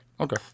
Okay